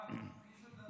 אה, מי שמדבר.